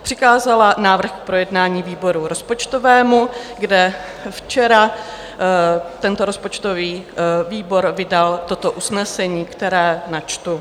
Přikázala návrh k projednání výboru rozpočtovému, kde včera tento rozpočtový výbor vydal toto usnesení, které načtu.